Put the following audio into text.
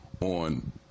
on